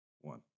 one